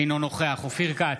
אינו נוכח אופיר כץ,